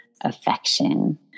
affection